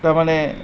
তাৰমানে